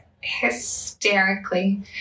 Hysterically